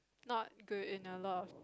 not good in a lot of